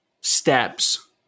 steps